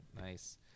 Nice